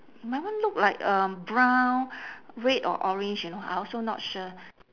my one look like um brown red or orange you know I also not sure